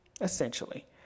Essentially